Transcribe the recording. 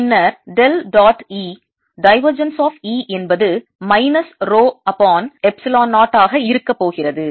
பின்னர் del dot E divergence of E என்பது minus rho upon epsilon 0 ஆக இருக்க போகிறது